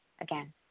again